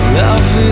love